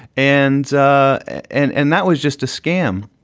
and and and that was just a scam.